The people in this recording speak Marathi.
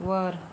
वर